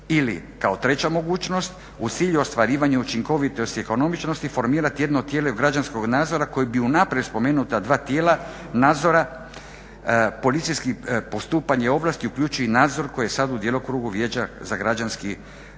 Ili, kao treća mogućnost, uz cilj ostvarivanja učinkovitosti i ekonomičnosti formirati jedno tijelo građanskog nadzora koje bi unaprijed spomenuta dva tijela nadzora policijskih postupanja i ovlasti uključilo i nadzor koji je sad u djelokrugu Vijeća za građanski nadzor